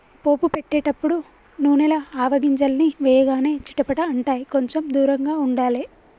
పోపు పెట్టేటపుడు నూనెల ఆవగింజల్ని వేయగానే చిటపట అంటాయ్, కొంచెం దూరంగా ఉండాలే